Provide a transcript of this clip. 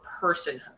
personhood